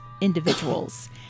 individuals